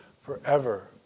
forever